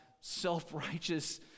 self-righteous